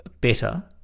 better